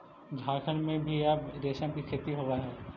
झारखण्ड में भी अब रेशम के खेती होवऽ हइ